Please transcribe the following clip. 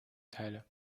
teile